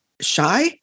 shy